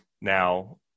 now